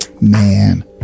man